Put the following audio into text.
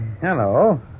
Hello